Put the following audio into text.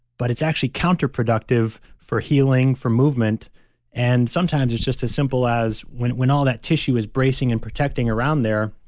but it's actually counterproductive for healing, for movement and sometimes it's just as simple as when when all that tissue is bracing and protecting around there,